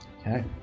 Okay